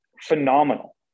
phenomenal